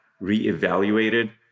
re-evaluated